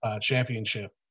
championship